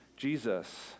Jesus